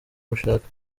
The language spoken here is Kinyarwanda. mushaka